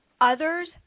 others